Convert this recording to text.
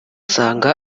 usanga